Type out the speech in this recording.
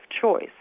choice